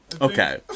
okay